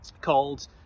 called